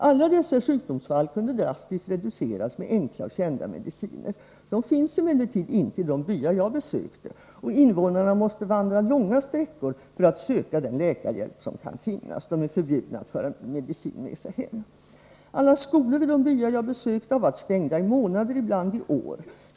Alla dessa sjukdomsfall kunde drastiskt reduceras med enkla och kända mediciner. De finns emellertid inte i de byar jag besökte och innevånarna måste vandra långa sträckor för att söka den läkarhjälp som kan finnas. De är förbjudna att föra medicin med sig hem. Alla skolor i de byar jag besökte hade varit stängda i månader ibland i år.